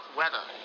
weather